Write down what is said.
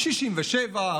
67',